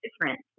different